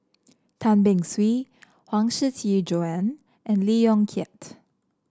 Tan Beng Swee Huang Shiqi Joan and Lee Yong Kiat